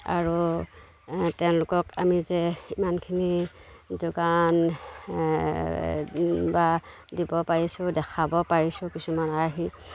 আৰু তেওঁলোকক আমি যে ইমানখিনি যোগান বা দিব পাৰিছোঁ দেখাব পাৰিছোঁ কিছুমান আৰ্হি